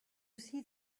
see